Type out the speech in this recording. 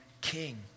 king